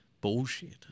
bullshit